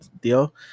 deal